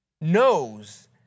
knows